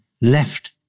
left